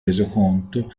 resoconto